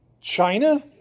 China